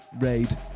raid